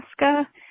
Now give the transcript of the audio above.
Alaska